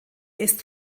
ist